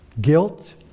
guilt